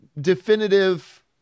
definitive